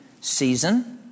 season